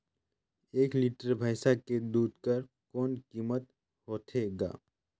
एक लीटर भैंसा के दूध कर कौन कीमत होथे ग?